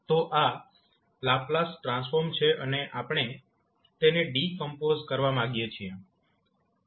તો આ Laplace transform છે અને આપણે તેને ડિકોમ્પોઝ કરવા માગીએ છીએ